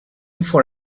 for